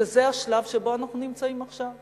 זה השלב שבו אנחנו נמצאים עכשיו.